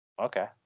Okay